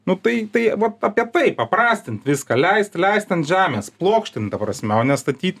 nu tai tai va apie tai paprastint viską leisti leist ant žemės plokštint ta prasmė o ne statyt